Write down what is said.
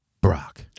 Brock